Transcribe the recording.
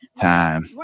time